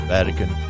Vatican